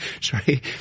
Sorry